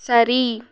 சரி